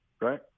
Right